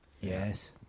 Yes